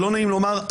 שלא נעים לומר,